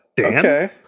okay